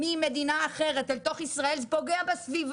ממדינה אחרת אל תוך ישראל זה דבר שפוגע בסביבה.